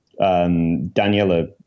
daniela